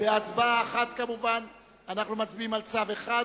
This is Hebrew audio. בהצבעה אחת אנו מצביעים על צו אחד,